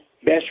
Best